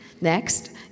next